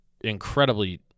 incredibly